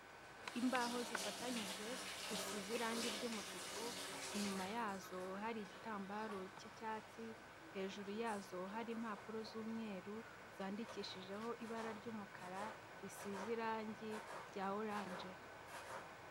Imbaho zifatanyije zisize irangi ry'umutuku, inyuma yazo hari igitambaro cy'icyatsi, hejuru yazo hari impapuro z'umweru, zandikishijeho ibara ry'umukara risize irangi rya oranje.